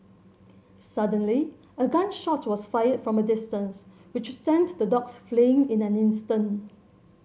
suddenly a gun shot was fired from a distance which sent the dogs fleeing in an instant